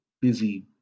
busy